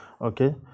Okay